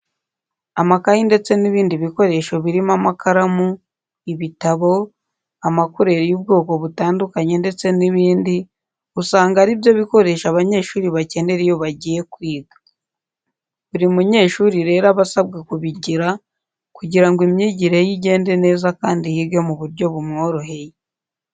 Amakayi ndetse n'ibindi bikoresho birimo amakaramu, ibitabo, amakureri y'ubwoko butandukanye ndetse n'ibindi usanga ari byo bikoresho abanyeshuri bakenera iyo bagiye kwiga. Buri munyeshuri rero aba asabwa kubigira kugira ngo imyigire ye igende neza kandi yige mu buryo bumworoheye.